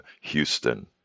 Houston